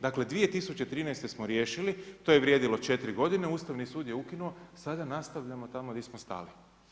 Dakle, 2013. smo riješili, to je vrijedilo 4 godine, Ustavni sud je ukinuo, sada nastavljamo tamo gdje smo stali.